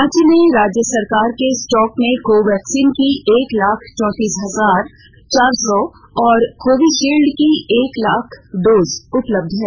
रांची में राज्य सरकार के स्टॉक में को वैक्सीन की एक लाख चौतीस हजार चार सौ और कोवीशील्ड की एक लाख डोज उपलब्ध है